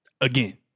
Again